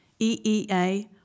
EEA